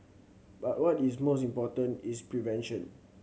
but what is most important is prevention